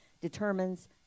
determines